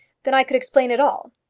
then i could explain it all.